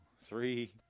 three